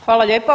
Hvala lijepa.